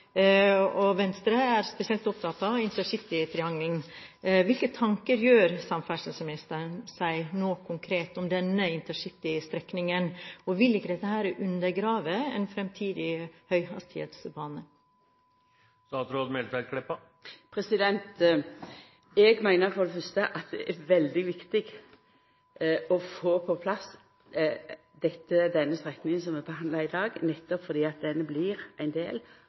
Venstre er spesielt opptatt av intercitytriangelet. Hvilke tanker gjør samferdselsministeren seg nå konkret om denne intercitystrekningen? Vil ikke dette undergrave en fremtidig høyhastighetsbane? Eg meiner for det fyrste at det er veldig viktig å få på plass den strekninga som vi behandlar i dag, nettopp fordi ho blir ein del